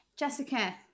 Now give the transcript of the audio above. Jessica